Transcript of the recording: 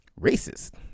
racist